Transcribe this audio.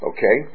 Okay